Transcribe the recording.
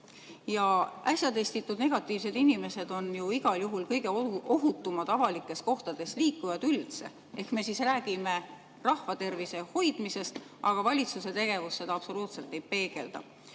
Äsja testitud negatiivsed inimesed on ju igal juhul kõige ohutumad avalikes kohtades liikujad üldse. Ehk me räägime rahva tervise hoidmisest, aga valitsuse tegevus seda absoluutselt ei peegelda.